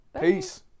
peace